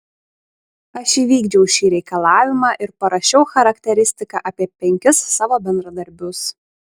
aš įvykdžiau šį reikalavimą ir parašiau charakteristiką apie penkis savo bendradarbius